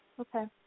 Okay